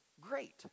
great